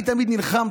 אני תמיד נלחם,